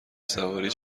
سواری